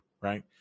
right